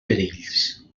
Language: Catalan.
perills